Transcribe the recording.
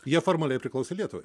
jie formaliai priklausė lietuvai